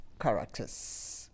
characters